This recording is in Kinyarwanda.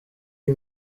iyi